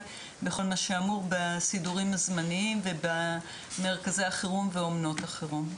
בכל מה שאמור בסידורים הזמניים ובמרכזי החירום ואמנות החירום.